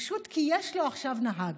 פשוט כי יש לו עכשיו נהג,